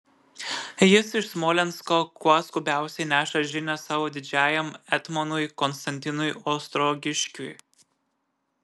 jis iš smolensko kuo skubiausiai neša žinią savo didžiajam etmonui konstantinui ostrogiškiui